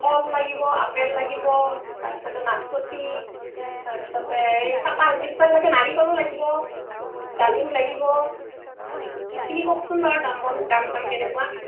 কল লাগিব আপেল লাগিব তাৰপিছত নাচপতি তাৰপিছত এই নাৰিকলো লাগিব ডালিম লাগিব এইখিনি কওকচোন বাৰু দাম বন দাম চাম কেনেকুৱা